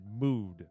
mood